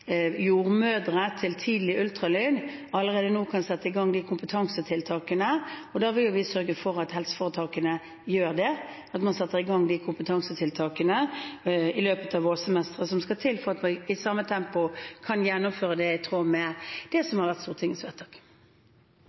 jordmødre til tidlig ultralyd, kan man allerede nå sette i gang kompetansetiltak. Og da vil vi sørge for at helseforetakene gjør det, at man i løpet av vårsemesteret setter i gang de kompetansetiltakene som skal til for at vi i samme tempo kan gjennomføre dette i tråd med det som har vært Stortingets vedtak.